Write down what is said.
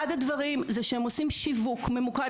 אחד הדברים זה שהם עושים שיווק ממוקד